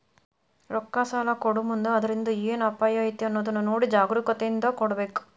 ರೊಕ್ಕಾ ಸಲಾ ಕೊಡೊಮುಂದ್ ಅದ್ರಿಂದ್ ಏನ್ ಅಪಾಯಾ ಐತಿ ಅನ್ನೊದ್ ನೊಡಿ ಜಾಗ್ರೂಕತೇಂದಾ ಕೊಡ್ಬೇಕ್